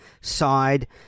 side